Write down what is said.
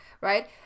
right